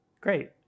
Great